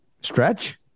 Stretch